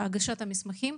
המסמכים.